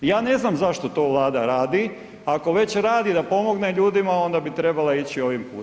Ja ne znam zašto to Vlada radi, ako već radi da pomogne ljudima onda bi trebala ići ovim putem.